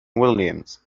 williams